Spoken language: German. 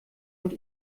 und